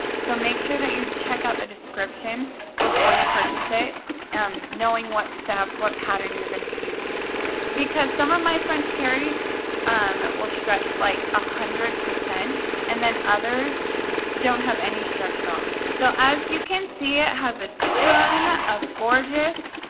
so make sure that you check out the description before you purchase it um knowing what fab, what pattern you're gonna be using it for because some of my french terries will stretch like a hundred percent and then others don't have any stretch at all. so as you can see, it has a ton of gorgeous,